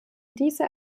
diese